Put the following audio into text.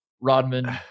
Rodman